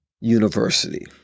University